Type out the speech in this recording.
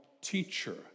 teacher